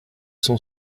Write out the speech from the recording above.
cent